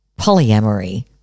polyamory